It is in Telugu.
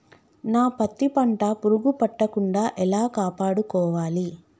నా పత్తి పంట పురుగు పట్టకుండా ఎలా కాపాడుకోవాలి?